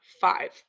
five